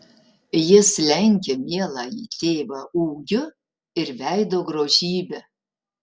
jis lenkia mieląjį tėvą ūgiu ir veido grožybe